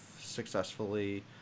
successfully